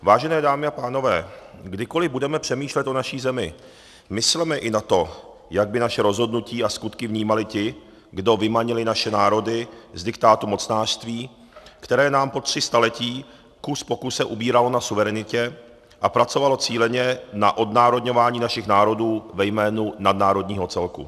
Vážené dámy a pánové, kdykoliv budeme přemýšlet o naší zemi, mysleme i na to, jak by naše rozhodnutí a skutky vnímali ti, kdo vymanili naše národy z diktátu mocnářství, které nám po tři staletí kus po kuse ubíralo na suverenitě a pracovalo cíleně na odnárodňování našich národů ve jménu nadnárodního celku.